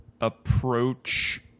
Approach